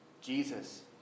Jesus